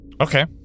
Okay